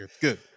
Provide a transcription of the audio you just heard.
Good